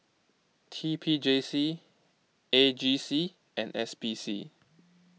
T P J C A G C and S P C